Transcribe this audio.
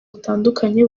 butandukanye